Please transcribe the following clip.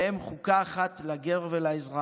והם: חוקה אחת לגר ולאזרח,